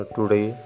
Today